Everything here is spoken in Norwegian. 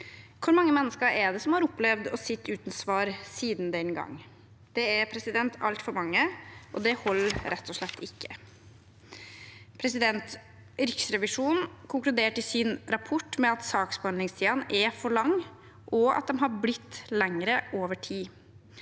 Hvor mange mennesker er det som har opplevd å sitte uten svar siden den gang? Det er altfor mange, og det holder rett og slett ikke. Riksrevisjonen konkluderte i sin rapport med at saksbehandlingstidene er for lange, og at de har blitt lengre over tid.